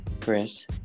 Chris